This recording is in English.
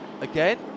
again